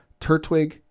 Turtwig